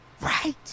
Right